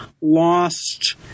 lost